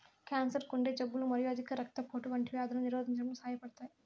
cancer, గుండె జబ్బులు మరియు అధిక రక్తపోటు వంటి వ్యాధులను నిరోధించడంలో సహాయపడతాయి